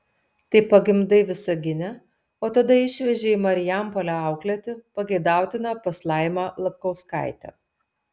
tai pagimdai visagine o tada išveži į marijampolę auklėti pageidautina pas laimą lapkauskaitę